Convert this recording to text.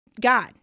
God